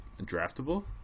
draftable